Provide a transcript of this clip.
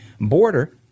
border